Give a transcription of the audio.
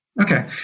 Okay